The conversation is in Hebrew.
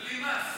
על בלי מס.